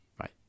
right